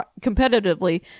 competitively